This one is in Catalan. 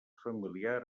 familiar